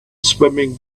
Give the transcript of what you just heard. swimming